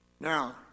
Now